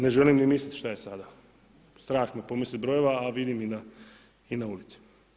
Ne želim ni misliti šta je sada, strah me pomislit brojeva, a vidim i na ulici.